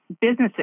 businesses